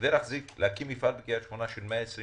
כדי להקים מפעל בקריית שמונה של 120 עובדים,